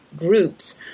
groups